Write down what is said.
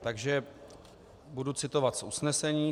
Takže budu citovat z usnesení.